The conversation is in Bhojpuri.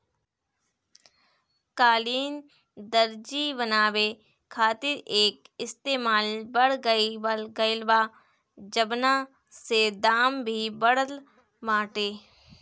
कालीन, दर्री बनावे खातिर एकर इस्तेमाल बढ़ गइल बा, जवना से दाम भी बढ़ल बाटे